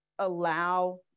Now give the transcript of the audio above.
allow